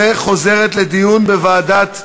והיא חוזרת לדיון בוועדת הכלכלה.